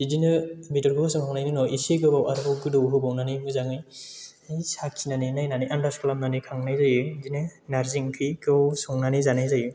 बिदिनो बेदरखौ होसनखांनायनि उनाव एसे गोबाव आरोबाव गोदौ होनानै मोजाङै साखिनानै नायनानै आनदाज खालामनानै खांनाय जायो बिदिनो नारजि ओंख्रिखौ संनानै जानाय जायो